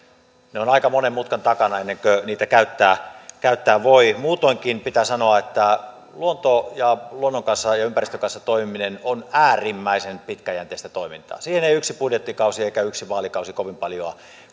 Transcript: se on aika monen mutkan takana ennen kuin niitä käyttää käyttää voi muutoinkin pitää sanoa että luonnon ja ympäristön kanssa toimiminen on äärimmäisen pitkäjänteistä toimintaa siinä ei yksi budjettikausi eikä yksi vaalikausi kovin paljoa